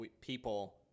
people